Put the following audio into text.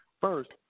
First